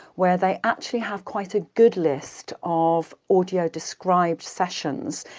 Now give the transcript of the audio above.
where they actually have quite a good list of audio-described sessions,